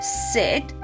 sit